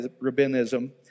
rabbinism